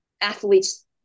athletes